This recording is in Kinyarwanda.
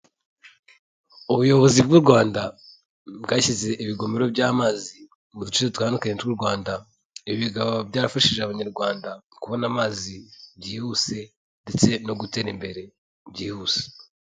Ubuyobozi bw'u Rwanda bwashyize ibigomero by'amazi mu duce dutandukanye tw'u Rwanda, ibi bikaba byarafashije Abanyarwanda kubona amazi byihuse ndetse no gutera imbere byihuse.